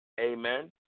Amen